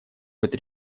быть